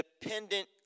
dependent